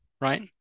right